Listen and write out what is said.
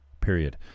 period